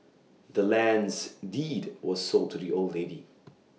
the land's deed was sold to the old lady